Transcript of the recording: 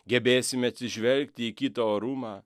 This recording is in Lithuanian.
gebėsime atsižvelgti į kito orumą